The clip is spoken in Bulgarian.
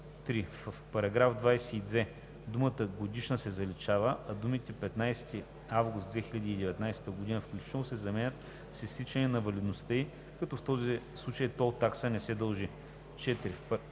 В § 22 думата „годишна“ се заличава, а думите „15 август 2019 г. включително“ се заменят с „изтичане на валидността ѝ, като в този случай тол такса не се дължи“. 4.